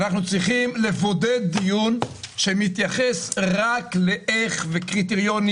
אנחנו צריכים לבודד דיון שמתייחס רק לקריטריונים,